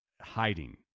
hiding